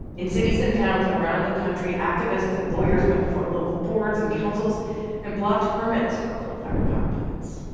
in cities and towns around the country, activists and lawyers went before local boards and councils and blocked permits for coal-fired power plants,